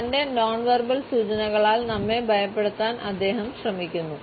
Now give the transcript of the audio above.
തന്റെ non verbal സൂചനകളാൽ നമ്മെ ഭയപ്പെടുത്താൻ അദ്ദേഹം ശ്രമിക്കുന്നു